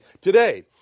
today